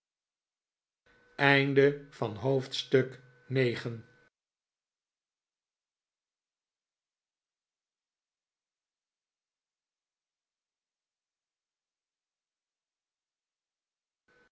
van het leven